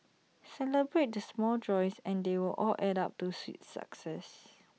celebrate the small joys and they will all add up to sweet success